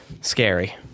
scary